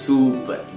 Super